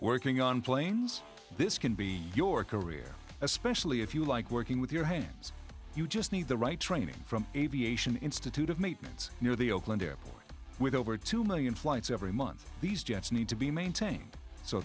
working on plane this can be your career especially if you like working with your hands you just need the right training from aviation institute of me you know the oakland airport with over two million flights every month these jets need to be maintained so